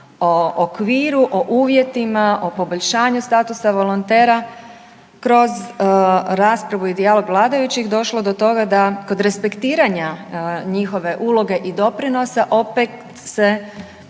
o okviru, o uvjetima, o poboljšanju statusa volontera kroz raspravu i dijalog vladajućih došlo do toga da kod respektiranja njihove uloge i doprinosa opet se